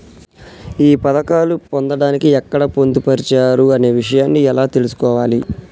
ఈ పథకాలు పొందడానికి ఎక్కడ పొందుపరిచారు అనే విషయాన్ని ఎలా తెలుసుకోవాలి?